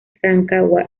rancagua